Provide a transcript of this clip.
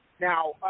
Now